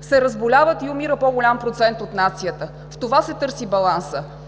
се разболяват и умират по-голям процент от нацията. В това се търси балансът.